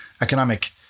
economic